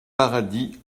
paradis